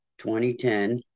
2010